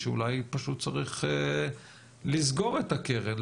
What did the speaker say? שאולי פשוט צריך לסגור את הקרן,